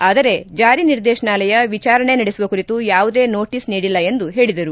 ಆದರೆ ಜಾರಿ ನಿರ್ದೇಶನಾಲಯ ವಿಚಾರಣೆ ನಡೆಸುವ ಕುರಿತು ಯಾವುದೇ ನೋಟೀಸ್ ನೀಡಿಲ್ಲ ಎಂದು ಹೇಳಿದರು